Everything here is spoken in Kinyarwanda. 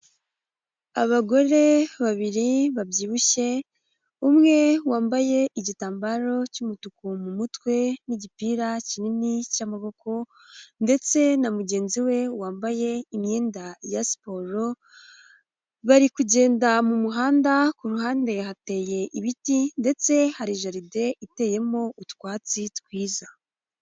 Abagore babiri babyibushye, umwe wambaye igitambaro cy'umutuku mu mutwe n'igipira kinini cy'amaboko, ndetse na mugenzi we wambaye imyenda ya siporo, bari kugenda mu muhanda ku ruhande ya hateye ibiti ndetse hari jaride iteyemo utwatsi twiza.